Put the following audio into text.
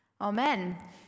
amen